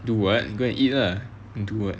do what go and eat like then do what